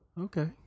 Okay